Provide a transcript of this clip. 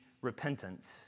repentance